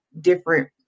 different